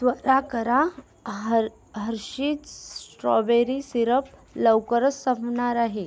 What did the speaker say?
त्वरा करा हर् हर्षीज स्ट्रॉबेरी सिरप लवकरच संपणार आहे